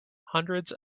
hundreds